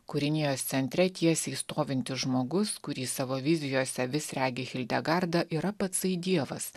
kūrinijos centre tiesiai stovintis žmogus kurį savo vizijose vis regi hildegarda yra patsai dievas